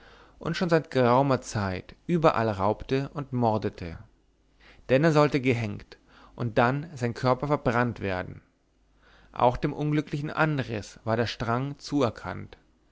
und schon seit geraumer zeit überall raubte und mordete denner sollte gehängt und dann sein körper verbrannt werden auch dem unglücklichen andres war der strang zuerkannt